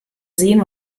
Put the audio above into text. sehen